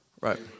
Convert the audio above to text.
Right